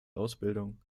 ausbildung